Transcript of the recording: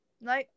No